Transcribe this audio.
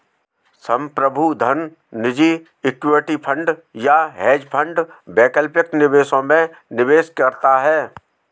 संप्रभु धन निजी इक्विटी फंड या हेज फंड वैकल्पिक निवेशों में निवेश करता है